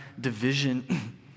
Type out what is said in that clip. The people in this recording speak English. division